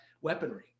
weaponry